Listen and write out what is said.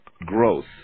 growth